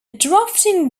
drafting